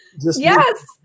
yes